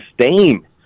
sustain